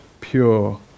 pure